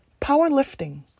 powerlifting